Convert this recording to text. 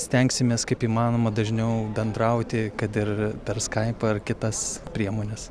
stengsimės kaip įmanoma dažniau bendrauti kad ir per skaipą ar kitas priemones